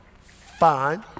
fine